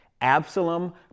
Absalom